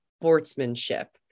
sportsmanship